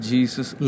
Jesus